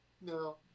no